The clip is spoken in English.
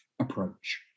approach